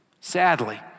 Sadly